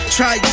Try